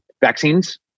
Vaccines